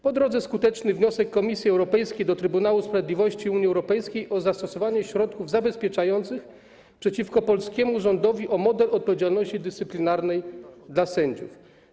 Po drodze - skuteczny wniosek Komisji Europejskiej do Trybunału Sprawiedliwości Unii Europejskiej o zastosowanie środków zabezpieczających w sprawie skargi przeciwko polskiemu rządowi o model odpowiedzialności dyscyplinarnej dla sędziów.